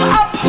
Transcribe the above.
up